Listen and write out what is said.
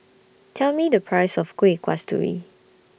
Tell Me The Price of Kuih Kasturi